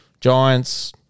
Giants